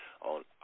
on